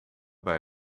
bij